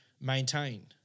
maintain